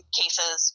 cases